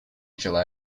july